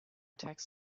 tax